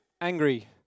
angry